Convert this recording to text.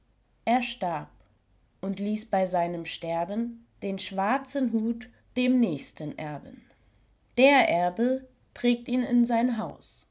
er starb und ließ bei seinem sterben den schwarzen hut dem nächsten erben der erbe trägt ihn in sein haus